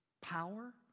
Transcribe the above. Power